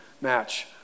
match